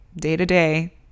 day-to-day